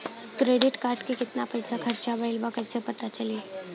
Credit card के कितना पइसा खर्चा भईल बा कैसे पता चली?